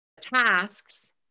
tasks